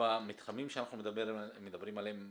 במתחמים שאנחנו מדברים עליהם,